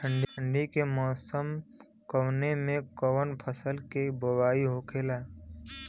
ठंडी के मौसम कवने मेंकवन फसल के बोवाई होखेला?